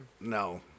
No